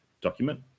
document